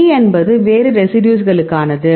D என்பது வேறு ரெசிடியூஸ்களுக்கானது